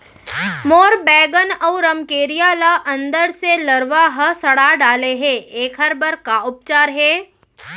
मोर बैगन अऊ रमकेरिया ल अंदर से लरवा ह सड़ा डाले हे, एखर बर का उपचार हे?